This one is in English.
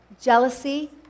jealousy